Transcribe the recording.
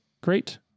Great